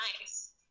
nice